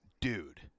dude